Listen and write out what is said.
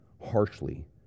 harshly